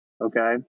Okay